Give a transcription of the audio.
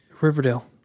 Riverdale